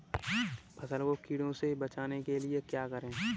फसल को कीड़ों से बचाने के लिए क्या करें?